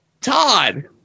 Todd